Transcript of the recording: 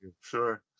Sure